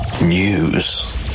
news